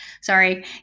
Sorry